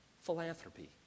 philanthropy